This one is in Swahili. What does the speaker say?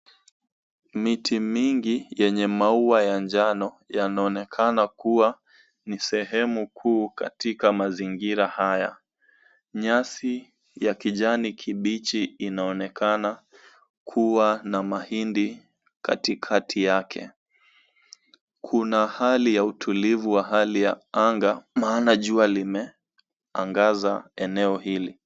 Miti mingi yenye maua ya njano yanaonekana kuwa ni sehemu kuu katika mazingira haya. Nyasi ya kijani kibichi inaonekana kuwa na mahindi katikati yake. Kuna hali ya utulivu wa hali ya anga maana jua limeangaza eneo hili.